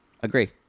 Agree